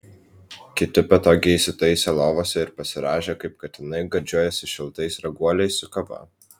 kiti patogiai įsitaisę lovose ir pasirąžę kaip katinai gardžiuojasi šiltais raguoliais su kava